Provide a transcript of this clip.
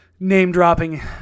Name-dropping